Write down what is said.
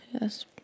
Yes